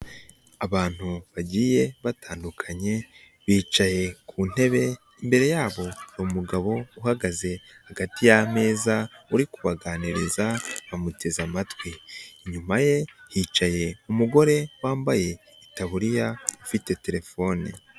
Abantu bagiye batandukanye bicaye ku ntebe, imbere yabo umugabo uhagaze hagati y'ameza uri kubaganiriza bamuteze amatwi, inyuma ye yicaye umugore wambaye itaburiya ufite telefone.